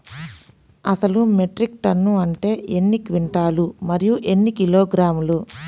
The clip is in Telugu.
అసలు మెట్రిక్ టన్ను అంటే ఎన్ని క్వింటాలు మరియు ఎన్ని కిలోగ్రాములు?